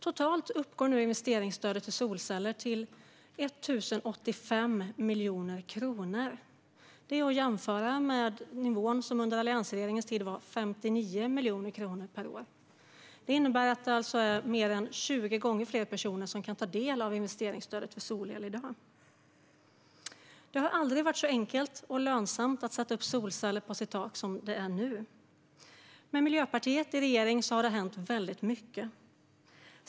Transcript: Totalt uppgår investeringsstödet för solceller till 1 085 miljoner kronor, vilket kan jämföras med alliansregeringens 59 miljoner kronor per år. Det innebär att ungefär 20 gånger fler kan ta del av investeringsstödet för solel. Det har aldrig varit så enkelt och lönsamt att sätta solceller på sitt tak som nu. Med Miljöpartiet i regering har mycket hänt.